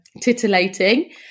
titillating